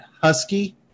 husky